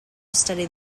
studied